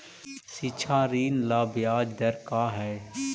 शिक्षा ऋण ला ब्याज दर का हई?